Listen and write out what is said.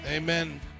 Amen